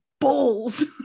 Balls